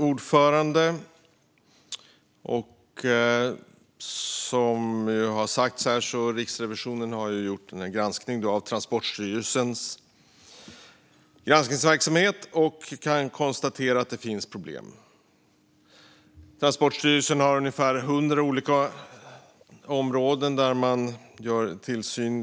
Fru talman! Som redan har sagts har Riksrevisionen gjort en granskning av Transportstyrelsens granskningsverksamhet och kan konstatera att det finns problem. Transportstyrelsen har ungefär 100 olika områden där man gör tillsyn.